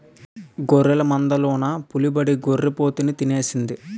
గొర్రెల మందలోన పులిబడి గొర్రి పోతుని తినేసింది